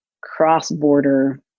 cross-border